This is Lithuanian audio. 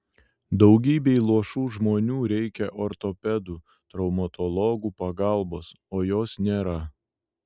daugybei luošų žmonių reikia ortopedų traumatologų pagalbos o jos nėra